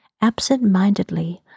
Absent-mindedly